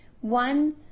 One